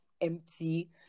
empty